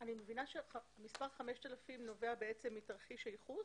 אני מבינה שהמספר 5,000 נובע מתרחיש הייחוס?